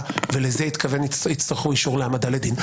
ולזה התכוון יצטרכו אישור להעמדה לדין.